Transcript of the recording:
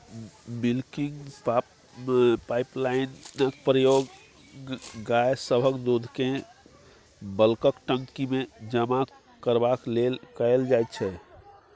milking पाइपलाइनक प्रयोग गाय सभक दूधकेँ बल्कक टंकीमे जमा करबाक लेल कएल जाइत छै